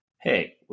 hey